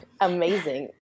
Amazing